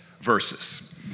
verses